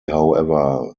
however